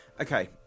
Okay